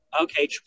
Okay